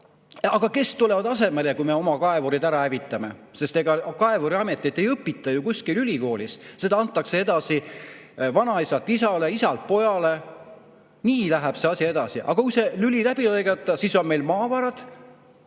aga kes tulevad asemele, kui me oma kaevurid ära hävitame? Sest kaevuriametit ei õpita ju kuskil ülikoolis, seda antakse edasi vanaisalt isale, isalt pojale, nii läheb see asi edasi. Kui see lüli läbi lõigata, siis on meil maavarad,